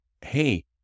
hey